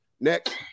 next